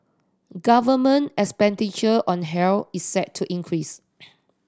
government expenditure on health is set to increase